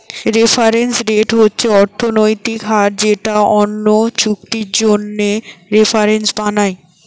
reference rate হচ্ছে অর্থনৈতিক হার যেটা অন্য চুক্তির জন্যে রেফারেন্স বানায়